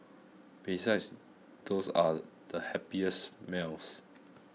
besides those are the happiest melts